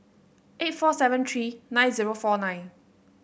eight four seven three nine zero four nine